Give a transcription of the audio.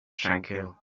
tranquil